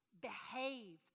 Behave